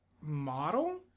model